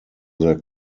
their